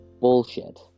Bullshit